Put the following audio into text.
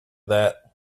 that